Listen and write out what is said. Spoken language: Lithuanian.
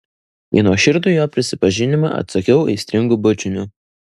į nuoširdų jo prisipažinimą atsakiau aistringu bučiniu